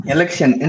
Election